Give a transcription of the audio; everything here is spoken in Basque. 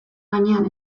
gainean